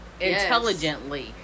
intelligently